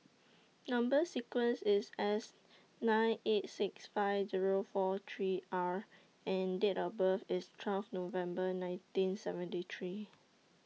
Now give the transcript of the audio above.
Number sequence IS S nine eight six five Zero four three R and Date of birth IS twelve November nineteen seventy three